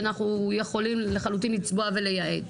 שאנחנו יכולים לחלוטין לצבוע ולייעד.